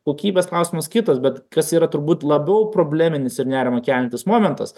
kokybės klausimas kitas bet kas yra turbūt labiau probleminis ir nerimą keliantis momentas